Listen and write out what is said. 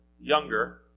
younger